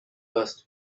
first